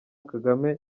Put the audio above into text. kagame